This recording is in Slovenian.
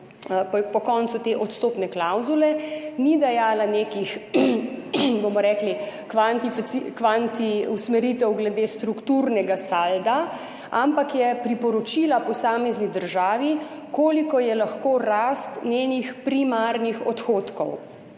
po koncu te odstotne klavzule, ni dajala nekih, bomo rekli, kvanti usmeritev glede strukturnega salda, ampak je priporočila posamezni državi, kolikšna je lahko rast njenih primarnih odhodkov.